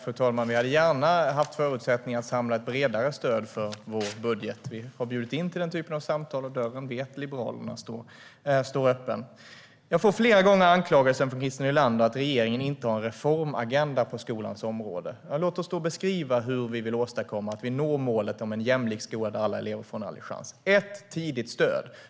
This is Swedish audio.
Fru talman! Vi hade gärna velat samla ett bredare stöd för vår budget. Vi har bjudit in till den typen av samtal, och Liberalerna vet att dörren står öppen. Jag får flera gånger från Christer Nylander anklagelsen att regeringen inte har en reformagenda på skolans område. Låt oss då beskriva hur vi vill uppnå målet om en jämlik skola där alla elever får en ärlig chans. Det första är tidigt stöd.